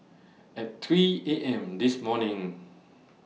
At three A M This morning